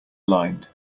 lined